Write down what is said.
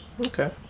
Okay